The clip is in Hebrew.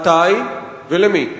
מתי ולמי?